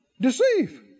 Deceive